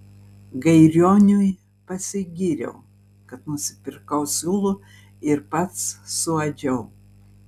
gairioniui pasigyriau kad nusipirkau siūlų ir pats suadžiau